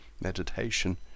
Meditation